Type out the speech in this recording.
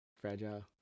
fragile